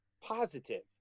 positive